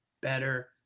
better